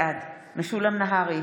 בעד משולם נהרי,